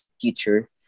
future